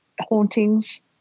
hauntings